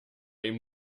ihm